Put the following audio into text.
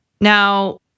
Now